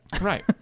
right